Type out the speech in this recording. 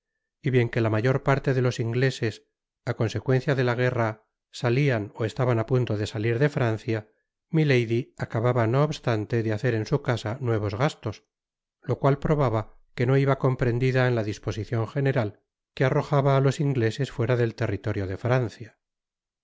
y bien que la mayor parte de los ingleses á consecuencia de la guerra salian ó estaban á punto de salir de francia milady aca baba no obstan te de hacer en su casa nuevos gastos lo cual probaba que no iba comprendida en la disposicion general que arrojaba á los ingleses fuera del territorio de francia